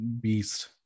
beast